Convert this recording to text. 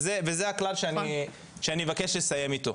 וזה הכלל שאני מבקש לסיים איתו.